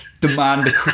demand